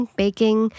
baking